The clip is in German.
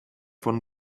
von